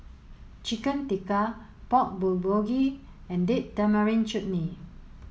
Chicken Tikka Pork Bulgogi and Date Tamarind Chutney